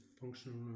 functional